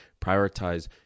prioritize